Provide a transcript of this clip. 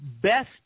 Best